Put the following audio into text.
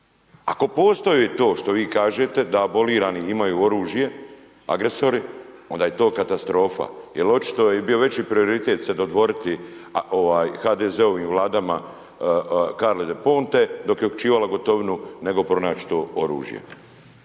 Ako postoji to što vi kažete da abolirani imaju oružje agresori, onda je to katastrofa. Jer očito je bio veći prioritet se dodvoriti HDZ-ovim vladama Carli Del Ponte dok je uhićivala Gotovinu, nego pronaći to oružje.